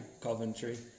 Coventry